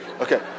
Okay